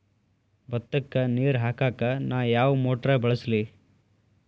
ಭತ್ತಕ್ಕ ನೇರ ಹಾಕಾಕ್ ನಾ ಯಾವ್ ಮೋಟರ್ ಬಳಸ್ಲಿ?